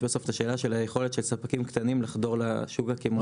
יש בסוף את השאלה של היכולת של ספקים קטנים לחדור לשוק הקמעונאי.